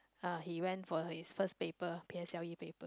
uh he went for his first paper P_S_L_E paper